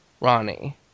Ronnie